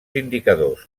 indicadors